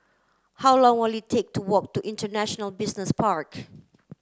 how long will it take to walk to International Business Park